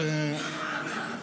הוא ייתן, הוא ייתן לך.